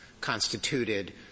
constituted